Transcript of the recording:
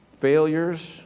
failures